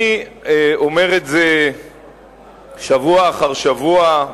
אני אומר את זה שבוע אחר שבוע,